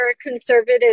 conservative